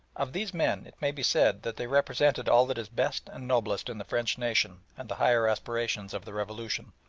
of these men it may be said that they represented all that is best and noblest in the french nation and the higher aspirations of the revolution.